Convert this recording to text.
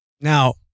Now